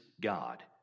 God